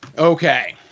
Okay